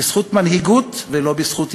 בזכות מנהיגות ולא בזכות הישרדות,